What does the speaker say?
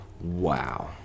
wow